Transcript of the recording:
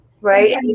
Right